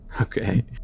Okay